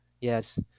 yes